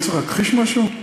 אני צריך להכחיש משהו?